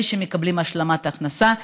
אלה שמקבלים השלמת הכנסה,